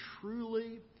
truly